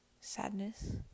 sadness